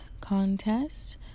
contest